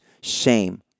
shame